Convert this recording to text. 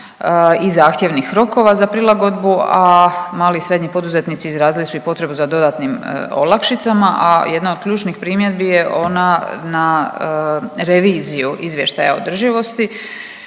i zahtjevnih rokova za prilagodbu, a mali i srednji poduzetnici izrazili su i potrebu za dodatnim olakšicama, a jedna od ključnih primjedbi je ona na reviziju izvještaja održivosti.